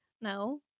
no